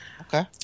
Okay